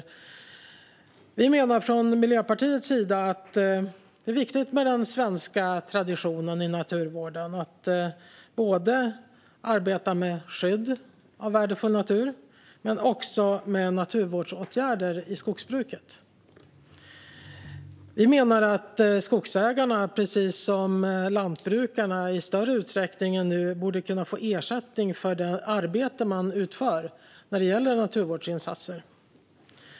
Vi menar från Miljöpartiets sida att det är viktigt med den svenska traditionen i naturvården och att arbeta både med skydd av värdefull natur och med naturvårdsåtgärder i skogsbruket. Vi menar att skogsägarna, precis som lantbrukarna, i större utsträckning än nu borde kunna få ersättning för det arbete man utför när det gäller naturvårdsinsatser.